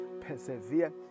persevere